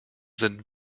sind